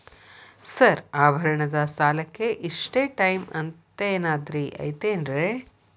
Sir ಆಭರಣದ ಸಾಲಕ್ಕೆ ಇಷ್ಟೇ ಟೈಮ್ ಅಂತೆನಾದ್ರಿ ಐತೇನ್ರೇ?